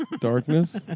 Darkness